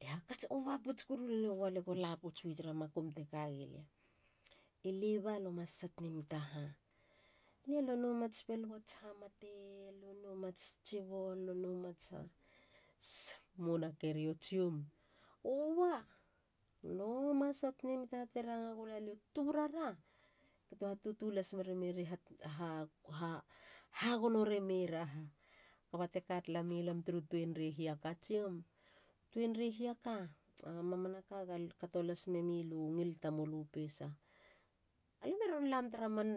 le hakats ova pouts koru len negowa lie go la pouts wu tara makum tekagi lia. i li ba luma sot emi taha? Nia a lo noum ats tsibo. lo noum. luba ma sot nemi taha. te ranga gulalia u tuburara kato ha tutu las meremei ra i hahagono remei ra. ha. kaba teka tala mi lam turu tuenrei hiaka tsiom. tuenrei hiaka a mamanaka ge kato las memilu ngil tamulu pesa. Alam e ron lam tara man